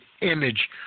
image